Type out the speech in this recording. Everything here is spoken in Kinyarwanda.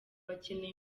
akeneye